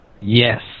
Yes